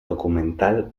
documental